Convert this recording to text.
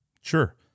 Sure